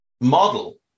Model